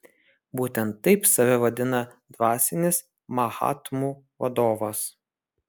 būtent taip save vadina dvasinis mahatmų vadovas